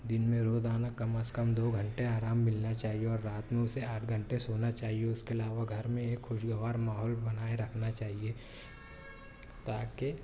دن میں روزانہ کم از کم دو گھنٹے آرام ملنا چاہیے اور رات میں اسے آٹھ گھنٹے سونا چاہیے اس کے علاوہ گھر میں ایک خوشگوار ماحول بنائے رکھنا چاہیے تاکہ